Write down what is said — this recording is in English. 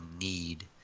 need